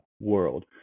world